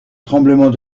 tremblement